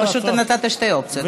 לא, פשוט נתת שתי אופציות.